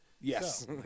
Yes